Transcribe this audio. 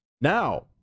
Now